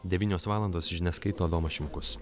devynios valandos žinias skaito adomas šimkus